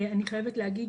אני חייבת להגיד